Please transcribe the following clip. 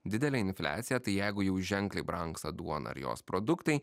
didelę infliaciją tai jeigu jau ženkliai brangsta duona ir jos produktai